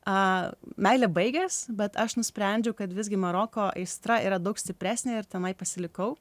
meilė baigės bet aš nusprendžiau kad visgi maroko aistra yra daug stipresnė ir tenai pasilikau